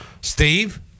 Steve